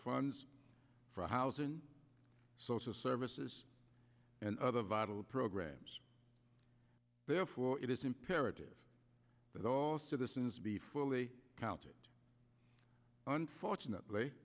funds for housing social services and other vital programs therefore it is imperative that all citizens be fully counted unfortunately